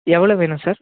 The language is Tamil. எவ்வளோ வேணும் சார்